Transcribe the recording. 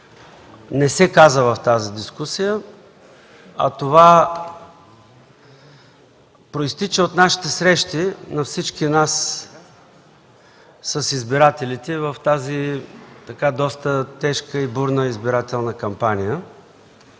не се каза в тази дискусия, а това произтича от нашите срещи – на всички нас, с избирателите в тази тежка и бурна избирателна кампания.